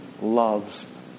loves